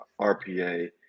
RPA